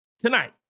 tonight